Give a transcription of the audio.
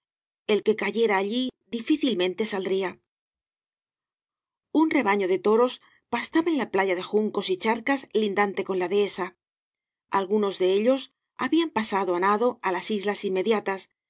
el que cayera allí difícilmente saldría un rebaño de toros pastaba en la playa de juncos y charcas lindante con la dehesa algunos de ellos habían pasado á nado á las islas inmediatas